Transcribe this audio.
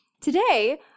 Today